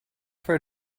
for